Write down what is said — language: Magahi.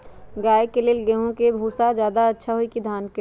गाय के ले गेंहू के भूसा ज्यादा अच्छा होई की धान के?